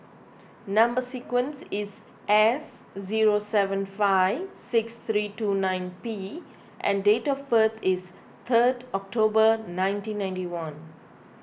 Number Sequence is S zero seven five six three two nine P and date of birth is third October nineteen ninety one